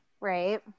right